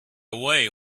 away